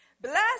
Bless